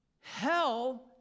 hell